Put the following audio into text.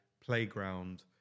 Playground